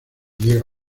niega